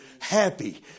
Happy